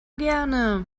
gerne